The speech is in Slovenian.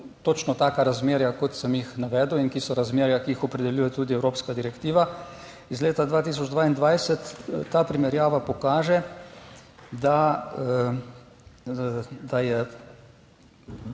točno taka razmerja, kot sem jih navedel in ki so razmerja, ki jih opredeljuje tudi evropska direktiva. Iz leta 2022 ta primerjava pokaže, da je